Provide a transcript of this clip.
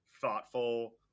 thoughtful